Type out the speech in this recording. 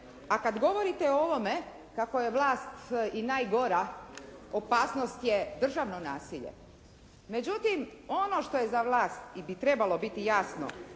A kada govorite o ovome kako je vlast i najgora, opasnost je državno nasilje. Međutim ono što je za vlast i bi trebalo biti jasno,